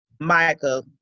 michael